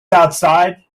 outside